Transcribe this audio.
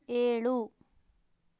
ಏಳು